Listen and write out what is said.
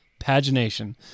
pagination